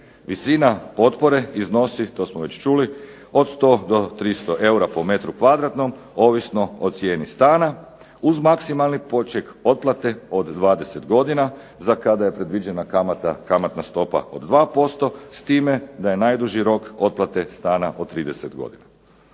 Visina potpore iznosi, to smo već čuli, od 100 do 300 eura po metru kvadratnom ovisno o cijeni stana, uz maksimalni poček otplate od 20 godina za kada je predviđena kamatna stopa od 2%, s time da je najduži rok otplate stana od 30 godina.